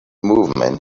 movement